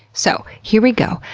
so, here we go.